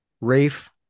rafe